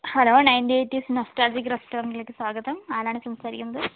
hello ninety eighties nostalgic റസ്റ്റോറൻ്റിലേക്ക് സ്വാഗതം ആരാണ് സംസാരിക്കുന്നത്